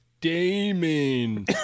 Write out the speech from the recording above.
Damon